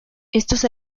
estos